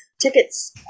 Tickets